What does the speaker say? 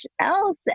else